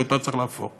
שאותה צריך להפוך.